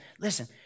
listen